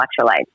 electrolytes